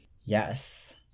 Yes